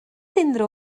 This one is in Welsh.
unrhyw